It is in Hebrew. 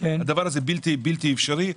הדבר הזה בלתי אפשרי.